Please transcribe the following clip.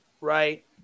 Right